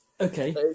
Okay